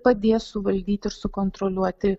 padės suvaldyti ir sukontroliuoti